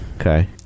Okay